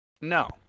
No